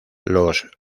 los